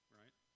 right